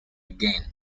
again